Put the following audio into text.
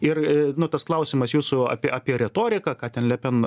ir nu tas klausimas jūsų apie apie retoriką ką ten le pen